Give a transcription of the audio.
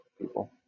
people